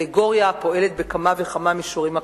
אלגוריה הפועלת בכמה וכמה מישורים אקטואליים: